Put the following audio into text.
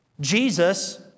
Jesus